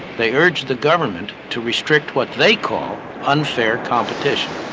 they urge the government to restrict what they call unfair competition,